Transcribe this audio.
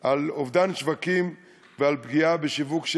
על אובדן שווקים ועל פגיעה בשיווק,